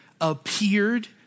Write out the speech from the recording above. appeared